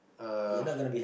uh